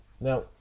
Now